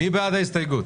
מי בעד ההסתייגות?